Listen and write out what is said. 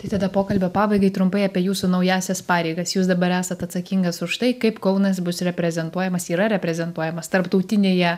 tai tada pokalbio pabaigai trumpai apie jūsų naująsias pareigas jūs dabar esat atsakingas už tai kaip kaunas bus reprezentuojamas yra reprezentuojamas tarptautinėje